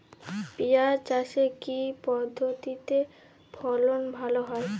পিঁয়াজ চাষে কি পদ্ধতিতে ফলন ভালো হয়?